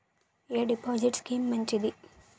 ఎ deposit scheme మంచిది?